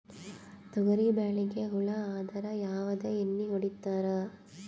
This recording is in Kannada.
ತೊಗರಿಬೇಳಿಗಿ ಹುಳ ಆದರ ಯಾವದ ಎಣ್ಣಿ ಹೊಡಿತ್ತಾರ?